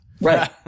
Right